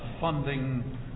funding